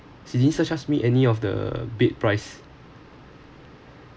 she didn't surcharge me any of the bed price